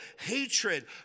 hatred